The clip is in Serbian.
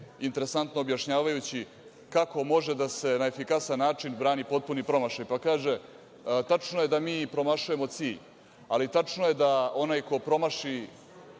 interesantno objašnjavajući kako može da se na efikasan način brani potpuni promašaj, pa kaže – tačno je da mi promašujemo cilj, ali tačno je da onaj ko promaši